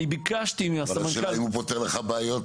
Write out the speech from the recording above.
אני חייב שהוא יפתור לי את הבעיה,